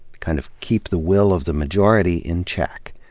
kind of keep the will of the majority in check,